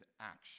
action